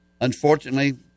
Unfortunately